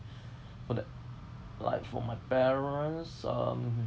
for the like for my parents um